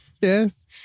Yes